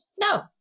No